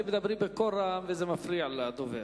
אתם מדברים בקול רם וזה מפריע לדובר.